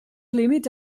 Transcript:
límits